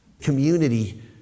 Community